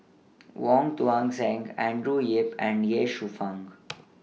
Wong Tuang Seng Andrew Yip and Ye Shufang